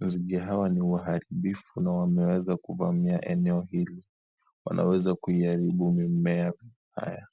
nzige hawa ni waharibifu na wameweza kuvamia eneo hili na kuharibu mimea vibaya.